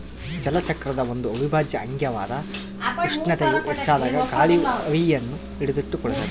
ಜಲಚಕ್ರದ ಒಂದು ಅವಿಭಾಜ್ಯ ಅಂಗವಾಗ್ಯದ ಉಷ್ಣತೆಯು ಹೆಚ್ಚಾದಾಗ ಗಾಳಿಯು ಆವಿಯನ್ನು ಹಿಡಿದಿಟ್ಟುಕೊಳ್ಳುತ್ತದ